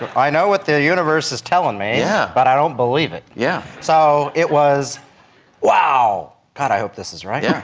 but i know what the universe is telling me yeah but i don't believe it. yeah so it was wow! god, i hope this is right! yeah